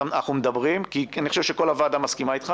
אנחנו מדברים כי אני חושב שכל הוועדה מסכימה איתך